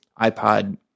iPod